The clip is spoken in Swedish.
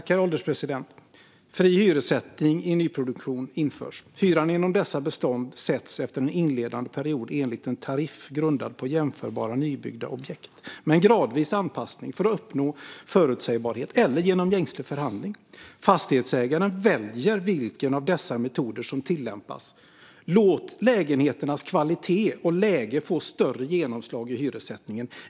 Herr ålderspresident! "Fri hyressättning vid nybyggnation införs. Hyran inom dessa bestånd sätts efter en inledande period enligt en tariff grundad på jämförbara nybyggda objekt med en gradvis anpassning för att uppnå förutsägbarhet eller genom gängse förhandling. Fastighetsägaren väljer vilken av dessa metoder som tillämpas . Låt lägenheternas kvalitet och läge få ett större genomslag i hyressättningen.